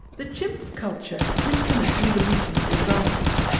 the chimps' culture gives them an evolutionary advantage.